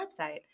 website